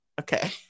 Okay